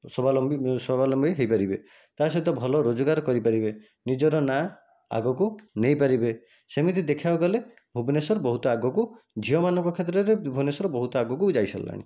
ସ୍ଵାବଲମ୍ବୀ ସ୍ୱାବଲମ୍ବୀ ହୋଇପାରିବେ ତା'ସହିତ ଭଲ ରୋଜଗାର କରିପାରିବେ ନିଜର ନାଁ ଆଗକୁ ନେଇପାରିବେ ସେମିତି ଦେଖିବାକୁ ଗଲେ ଭୁବନେଶ୍ଵର ବହୁତ ଆଗକୁ ଝିଅମାନଙ୍କ କ୍ଷେତ୍ରରେ ଭୁବନେଶ୍ଵର ବହୁତ ଆଗକୁ ଯାଇସାରିଲେଣି